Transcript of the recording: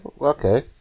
okay